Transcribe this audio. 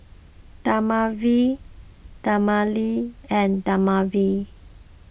Dermaveen Dermale and Dermaveen